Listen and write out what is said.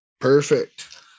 Perfect